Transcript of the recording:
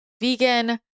vegan